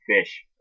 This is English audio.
fish